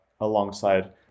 alongside